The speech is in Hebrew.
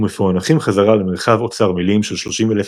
ומפוענחים חזרה למרחב אוצר מילים של 30,000